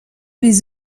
les